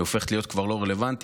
כבר הופכת להיות לא רלוונטית,